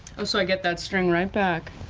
oh, so i get that string right back.